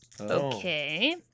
Okay